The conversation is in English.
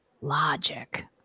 logic